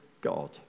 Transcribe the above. God